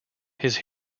his